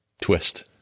twist